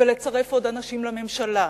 ולצרף עוד אנשים לממשלה,